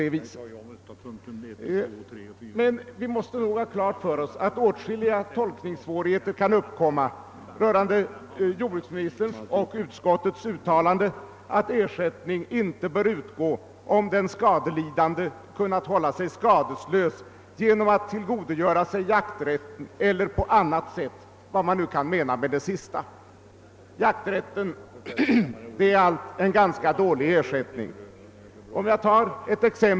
Vi måste emellertid ha klart för oss att åtskilliga tolkningssvårigheter kan uppkomma rörande jordbruksministerns och utskottets uttalande att ersättning inte bör utgå, om den skadelidande kunnat hålla sig skadeslös genom att tillgodogöra sig jakträtt eller på annat sätt — vad man nu kan mena med det sista. Jakträtten är allt en ganska dålig ersättning.